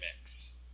mix